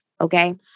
Okay